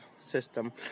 system